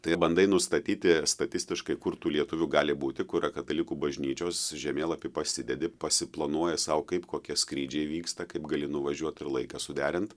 tai bandai nustatyti statistiškai kur tų lietuvių gali būti kur yra katalikų bažnyčios žemėlapį pasidedi pasiplanuoji sau kaip kokie skrydžiai vyksta kaip gali nuvažiuot ir laiką suderint